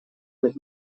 mit